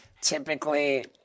typically